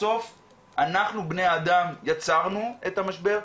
בסוף אנחנו בני האדם יצרנו את המשבר,